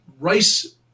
rice